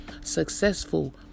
successful